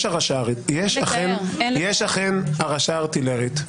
יש אכן הרעשה ארטילרית,